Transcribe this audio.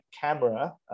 camera